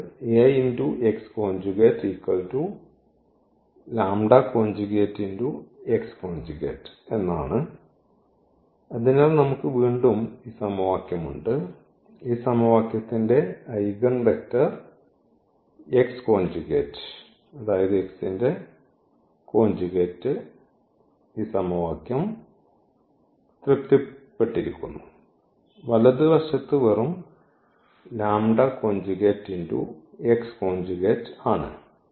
അതിനാൽ നമുക്ക് വീണ്ടും ഈ സമവാക്യം ഉണ്ട് ഈ സമവാക്യത്തിൻറെ ഐഗൺവെക്റ്റർ അതായത് x ന്റെ കോഞ്ചുഗേറ്റ് സമവാക്യം ഈ തൃപ്തിപ്പെട്ടിരിക്കുന്നു വലതുവശ ത്ത് വെറും ആണ്